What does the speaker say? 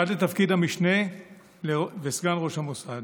עד לתפקיד המשנה וסגן ראש המוסד.